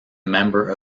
member